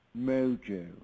Mojo